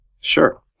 Sure